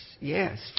Yes